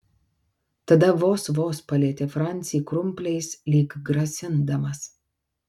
tada vos vos palietė francį krumpliais lyg grasindamas